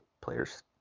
player's